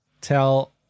tell